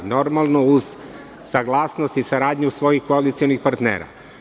Normalno, uz saglasnost i saradnju svojih koalicionih partnera.